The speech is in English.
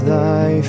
Thy